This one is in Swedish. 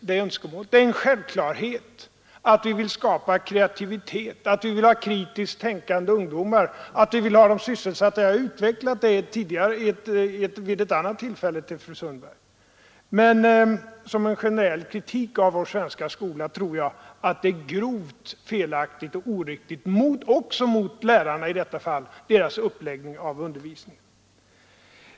Det är en självklarhet att vi vill skapa kreativitet, att vi vill ha kritiskt tänkande ungdomar och att vi vill ha dem sysselsatta. Jag har utvecklat det tidigare för fru Sundberg vid ett annat tillfälle. Som en generell kritik av vår svenska skola tror jag att det är grovt felaktigt och oriktigt, också mot lärarna och deras uppläggning av undervisningen.